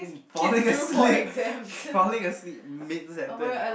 falling asleep falling asleep mid sentence